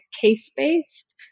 case-based